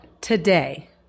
today